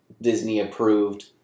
Disney-approved